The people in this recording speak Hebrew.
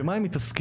במה הם מתעסקים?